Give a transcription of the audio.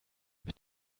mit